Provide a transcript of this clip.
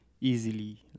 easily